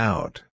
Out